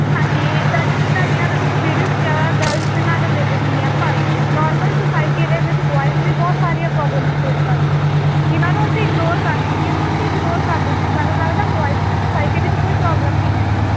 ਹਾਂਜੀ ਤ ਤੁਹਾਡੀਆਂ ਵੀਡੀਓ ਜਿਆਦਾ ਗਰਲਜ਼ ਦੇ ਨਾਲ ਰਿਲੇਟਡ ਹੁੰਦੀਆਂ ਪਰ ਨੋਰਮਲ ਸੋਸਾਇਟੀ ਦੇ ਵਿੱਚ ਬੋਇਸ ਵੀ ਬਹੁਤ ਸਾਰੀਆਂ ਪ੍ਰੋਬਲਮ ਫੇਸ ਕਰਦੇ ਆ ਜਿਨ੍ਹਾਂ ਨੂੰ ਅਸੀਂ ਇਗਨੋਰ ਕਰ ਜਿਹਨੂੰ ਅਸੀਂ ਇਗਨੋਰ ਕਰ ਦਿੰਦੇ ਆ ਸਾਨੂੰ ਲੱਗਦਾ ਬੋਇਸ ਨੂੰ ਸੋਸਾਇਟੀ ਵਿੱਚ ਕੋਈ ਪ੍ਰੋਬਲਮ ਨਹੀਂ ਹੈਗੀਆਂ